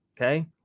Okay